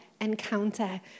encounter